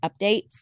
updates